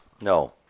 No